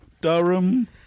Durham